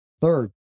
Third